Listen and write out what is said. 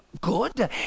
Good